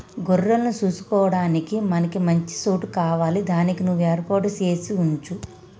గొర్రెలను సూసుకొడానికి మనకి మంచి సోటు కావాలి దానికి నువ్వు ఏర్పాటు సేసి వుంచు